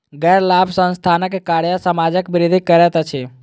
गैर लाभ संस्थानक कार्य समाजक वृद्धि करैत अछि